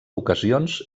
ocasions